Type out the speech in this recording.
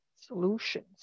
solutions